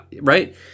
right